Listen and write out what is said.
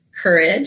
courage